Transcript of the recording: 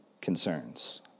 concerns